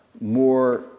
more